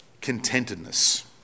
Contentedness